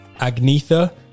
agnetha